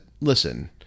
listen